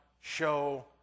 show